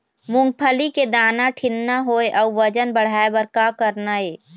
मूंगफली के दाना ठीन्ना होय अउ वजन बढ़ाय बर का करना ये?